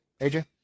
AJ